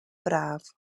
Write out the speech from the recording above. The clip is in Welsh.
braf